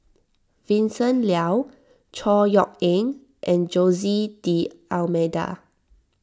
Vincent Leow Chor Yeok Eng and Jose D'Almeida